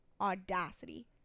Audacity